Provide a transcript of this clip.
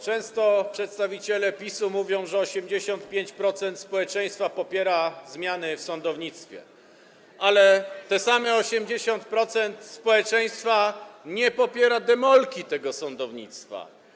Często przedstawiciele PiS-u mówią, że 85% społeczeństwa popiera zmiany w sądownictwie, ale te same 80% społeczeństwa nie popiera demolki tego sądownictwa.